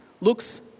looks